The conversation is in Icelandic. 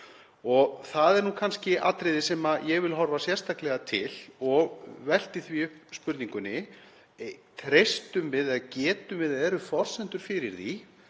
Og það er nú kannski atriði sem ég vil horfa sérstaklega til og velti því upp spurningunni: Treystum við því eða eru forsendur fyrir því,